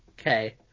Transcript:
Okay